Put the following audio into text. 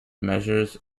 measures